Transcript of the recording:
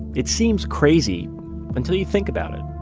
it seems crazy until you think about it.